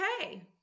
Okay